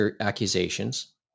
accusations